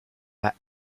pas